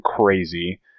crazy